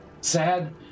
sad